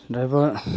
driver